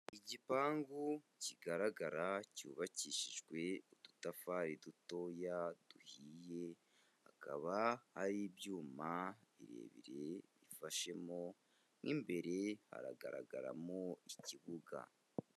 Igipangu kigaragara cyubakishijwe udutafari dutoya duhiye, hakaba hari ibyuma birebire bifashemo, mo imbere haragaragaramo ikibuga.